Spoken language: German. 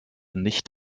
nicht